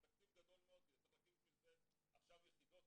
זה תקציב גדול מאוד כי צריך להקים בשביל זה עכשיו יחידות,